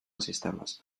sistemes